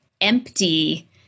empty